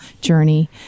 journey